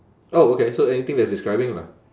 oh okay so anything that's describing lah